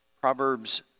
Proverbs